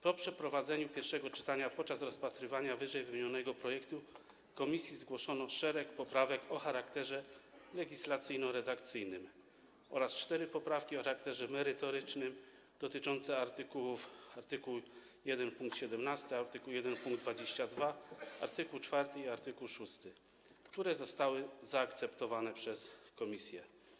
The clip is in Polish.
Po przeprowadzeniu pierwszego czytania, podczas rozpatrywania ww. projektu w komisji zgłoszono szereg poprawek o charakterze legislacyjno-redakcyjnym oraz cztery poprawki o charakterze merytorycznym dotyczące art. 1 pkt 17, art. 1 pkt 22, art. 4 i art. 6, które zostały zaakceptowane przez komisję.